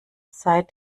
seit